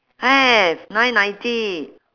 have nine ninety